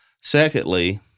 Secondly